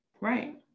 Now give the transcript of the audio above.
Right